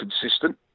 consistent